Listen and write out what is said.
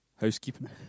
Housekeeping